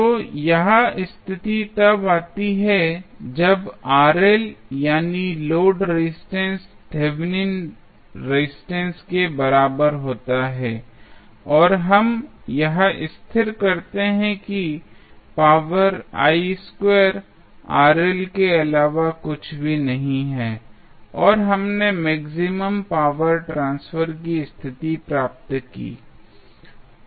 तो यह स्थिति तब आती है जब यानी लोड रेजिस्टेंस थेवेनिन रेजिस्टेंस के बराबर होता है और हम यह स्थिर करते हैं कि पावर के अलावा कुछ भी नहीं है और हमने मैक्सिमम पावर ट्रांसफर की स्थिति प्राप्त की है